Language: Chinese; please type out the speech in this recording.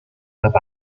版本